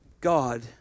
God